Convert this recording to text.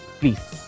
please